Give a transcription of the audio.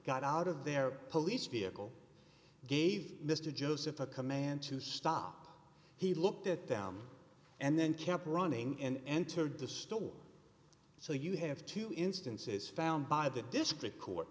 got out of their police vehicle gave mr joseph a command to stop he looked at them and then kept running and entered the store so you have two instances found by the district court